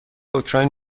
اوکراین